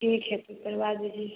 ठीक है तो करवा दीजिए